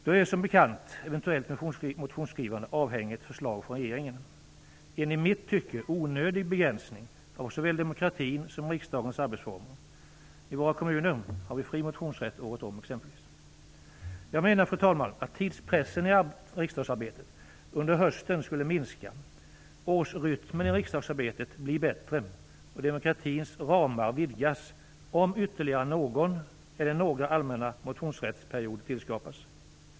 Då är, som bekant, eventuellt motionsskrivande avhängigt förslag från regeringen, vilket är en i mitt tycke onödig begränsning av såväl demokratin som riksdagens arbetsformer. I våra kommuner har vi fri motionsrätt hela året. Jag menar, fru talman, att tidspressen i riksdagsarbetet under hösten skulle minska, årsrytmen i riksdagsarbetet bli bättre och demokratins ramar vidgas om ytterligare någon eller några allmänna motionsrättsperioder tillskapas.